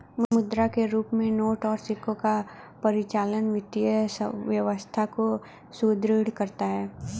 मुद्रा के रूप में नोट और सिक्कों का परिचालन वित्तीय व्यवस्था को सुदृढ़ करता है